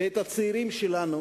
ואת הצעירים שלנו,